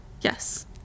Yes